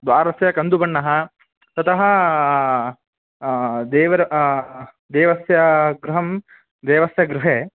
द्वारस्य कन्दुबण्णः ततः देवर् देवस्य गृहं देवस्य गृहे